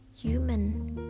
human